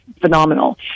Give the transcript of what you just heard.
phenomenal